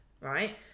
right